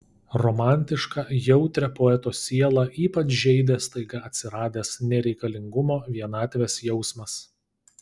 romantišką jautrią poeto sielą ypač žeidė staiga atsiradęs nereikalingumo vienatvės jausmas